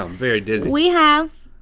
um very dizzy. we have